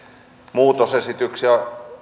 muutosesityksiä